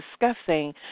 discussing